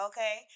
Okay